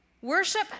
Worship